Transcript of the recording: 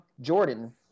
Jordan